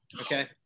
Okay